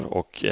och